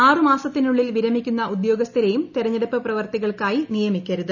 ആറ് മാസത്തിനുള്ളിൽ വിരമിക്കുന്ന ഉദ്യോഗസ്ഥരെയും തെരഞ്ഞെടൂപ്പ് പ്രവൃത്തികൾക്കായി നിയമിക്കരുത്